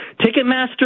Ticketmaster